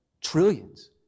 trillions